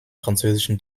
französischen